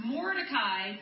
Mordecai